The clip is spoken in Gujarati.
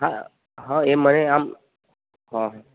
હા હા એ મને આમ હા